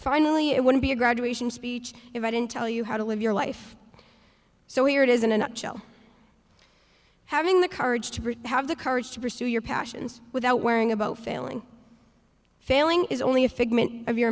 finally it wouldn't be a graduation speech if i didn't tell you how to live your life so here it is in a nutshell having the courage to prove have the courage to pursue your passions without worrying about failing failing is only a figment of your